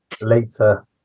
later